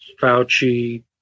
Fauci